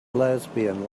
lesbian